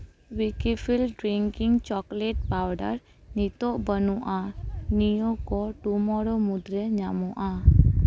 Weikfield drinking chocolate powder ᱱᱤᱛᱚᱜ ᱵᱟᱹᱱᱩᱜᱼᱟ ᱱᱤᱭᱟᱹ ᱠᱚ ᱴᱩᱢᱚᱨᱳ ᱢᱩᱫᱽᱨᱮ ᱧᱟᱢᱚᱜᱼᱟ